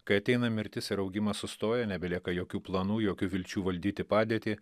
kai ateina mirtis ir augimas sustoja nebelieka jokių planų jokių vilčių valdyti padėtį